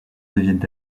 deviennent